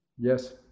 Yes